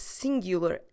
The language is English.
singular